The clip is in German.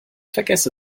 vergesse